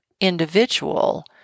individual